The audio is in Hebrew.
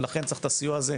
ולכן צריכים את הסיוע הזה,